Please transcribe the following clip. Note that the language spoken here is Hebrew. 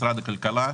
ומשרד הכלכלה.